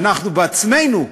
שאנחנו בעצמנו,